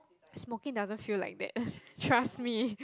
smoking doesn't feel like that trust me